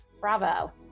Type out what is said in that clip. bravo